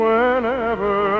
Whenever